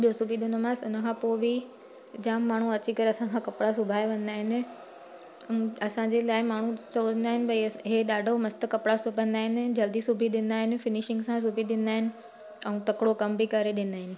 ॿियो सिॿी ॾिनोमांसि हिन खां पोइ बि जाम माण्हू अची करे असां खां कपिड़ा सिबाए वेंदा आहिनि ऐं असांजे लाइ माण्हू चवंदा आहिनि भई असां हे ॾाढो मस्तु कपिड़ा सिबंदा आहिनि जल्दी सिबी ॾींदा आहिनि फिनिशिंग सां सिबी ॾींदा आहिनि ऐं तकिड़ो कमु बि करे ॾींदा आहिनि